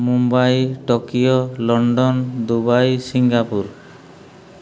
Mumbai Tokyo London Dubai Singapore